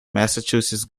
massachusetts